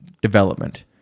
development